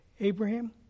Abraham